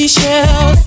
Shell